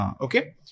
Okay